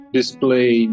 display